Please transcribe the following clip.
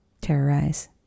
terrorize